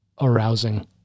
arousing